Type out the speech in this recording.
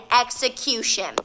execution